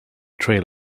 trail